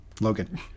Logan